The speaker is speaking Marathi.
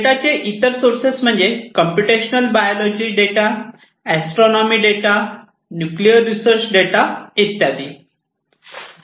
डेटा चे इतर सोर्सेस म्हणजे computational biology data astronomy data nuclear research data इत्यादी